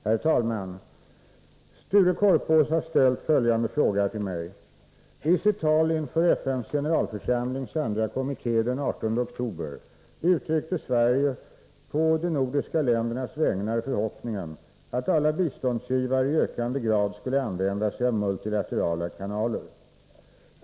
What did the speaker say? Herr talman! Sture Korpås har ställt följande fråga till mig: ”T sitt tal inför FN:s generalförsamlings andra kommitté den 18 oktober uttryckte Sverige på de nordiska ländernas vägnar förhoppningen att alla biståndsgivare i ökande grad skulle använda sig av multilaterala kanaler.